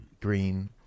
green